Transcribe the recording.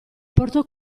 portò